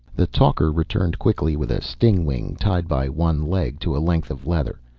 the talker returned quickly with a stingwing, tied by one leg to a length of leather.